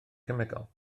cemegol